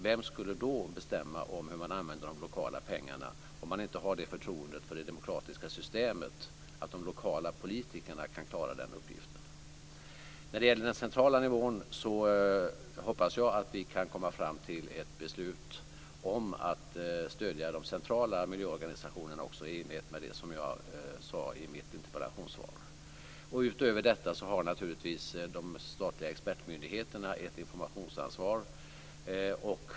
Vem skulle bestämma om hur man använder de lokala pengarna om man inte har det förtroendet för det demokratiska systemet att man tror att de lokala politikerna kan klara den uppgiften? När det gäller den centrala nivån hoppas jag att vi kan komma fram till ett beslut om att också stödja de centrala miljöorganisationerna, i enlighet med det som jag sade i mitt interpellationssvar. Utöver detta har naturligtvis de statliga expertmyndigheterna ett informationsansvar.